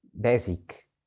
basic